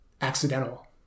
accidental